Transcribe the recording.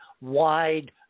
wide